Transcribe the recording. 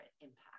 impact